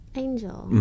angel